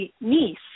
niece